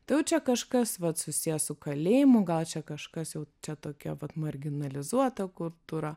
tai jau čia kažkas vat susiję su kalėjimu gal čia kažkas jau čia tokia vat marginalizuota kultūra